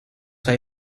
hay